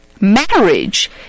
Marriage